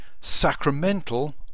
sacramental